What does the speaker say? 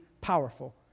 powerful